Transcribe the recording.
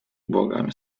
благами